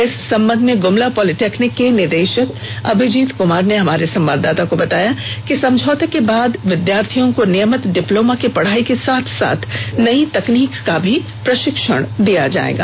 इस संबंध में गुमला पॉलिटेक्निक के निदेशक अभिजीत कृमार ने हमारे संवाददाता को बताया कि इस समझौते के बाद विद्यार्थियों को नियमित डिप्लोमा की पढ़ाई के साथ साथ नयी तकनीक का भी प्रशिक्षण दिया जाएगा